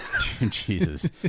Jesus